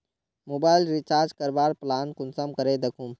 Mobile recharge करवार plan कुंसम करे दखुम?